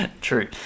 True